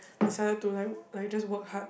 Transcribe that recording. decided to like like just work hard